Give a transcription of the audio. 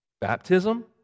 baptism